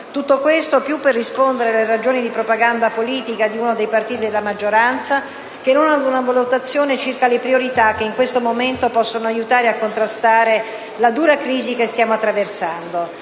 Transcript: Tutto questo più per rispondere alle ragioni di propaganda politica di uno dei partiti della maggioranza che non ad una valutazione circa le priorità che in questo momento possono aiutare a contrastare la dura crisi che stiamo attraversando.